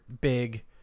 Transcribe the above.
big